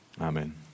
Amen